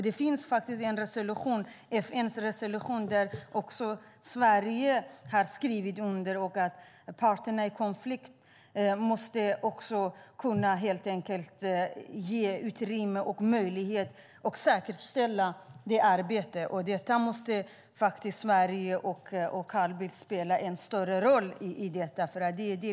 Det finns en FN-resolution som Sverige har undertecknat om att parterna i en konflikt måste ge utrymme och möjlighet att säkerställa det humanitära arbetet. I detta måste Sverige och Carl Bildt spela en större roll.